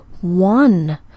one